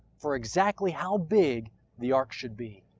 for exactly how big the ark should be.